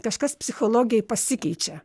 kažkas psichologijoj pasikeičia